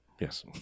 yes